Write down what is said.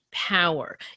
power